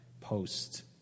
post